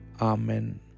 Amen